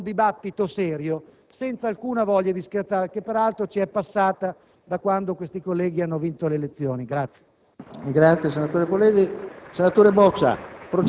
a un dibattito serio, senza alcuna voglia di scherzare, che parelatro ci è passata da quando questi colleghi hanno vinto le elezioni.